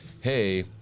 Hey